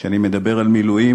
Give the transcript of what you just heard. כשאני מדבר על מילואים,